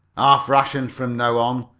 half rations from now on,